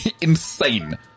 insane